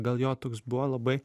gal jo toks buvo labai